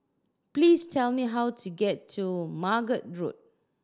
please tell me how to get to Margate Road